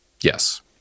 yes